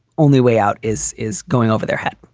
only way out is is going over their head.